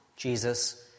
Jesus